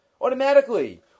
Automatically